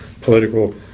political